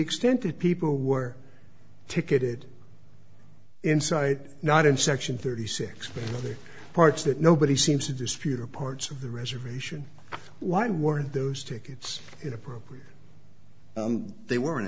extent that people were ticketed inside not in section thirty six but the parts that nobody seems to dispute are parts of the reservation why weren't those tickets in appropriate they were